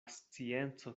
scienco